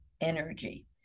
energy